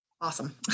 Awesome